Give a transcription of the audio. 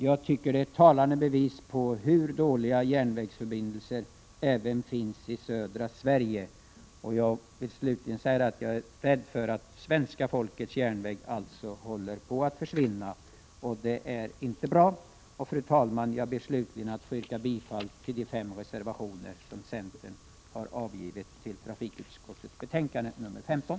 Jag tycker att detta är ett talande bevis på hur dåliga järnvägsförbindelser det finns även i södra Sverige. Jag är rädd för att svenska folkets järnväg håller på att försvinna, och det är inte bra. Fru talman! Jag ber slutligen att få yrka bifall till de fem reservationer som centern har avgivit till trafikutskottets betänkande nr 15.